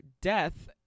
death